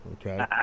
Okay